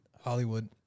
Hollywood